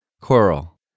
Coral